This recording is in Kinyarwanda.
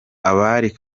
abari